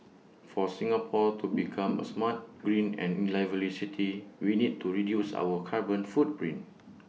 for Singapore to become A smart green and lively city we need to reduce our carbon footprint